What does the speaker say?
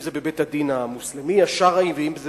אם זה בבית-הדין המוסלמי-השרעי ואם זה